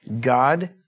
God